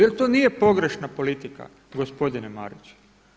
Je li to nije pogrešna politika gospodine Mariću?